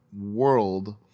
world